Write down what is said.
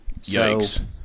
Yikes